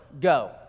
go